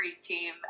team